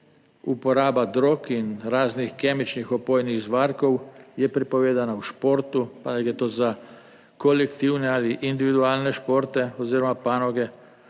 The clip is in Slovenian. Uporaba drog in raznih kemičnih opojnih zvarkov je prepovedana v športu, pa naj gre to za kolektivne ali individualne športe oziroma panoge.